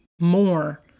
more